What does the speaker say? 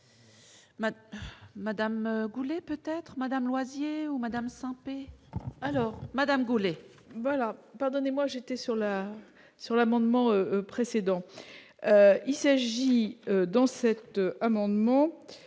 Madame Goulet peut-être Madame Loisy ou Madame Sempé alors Madame Goulet. Voilà, pardonnez moi j'étais sur la sur l'amendement précédent, il s'agit dans cet amendement